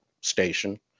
station